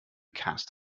cast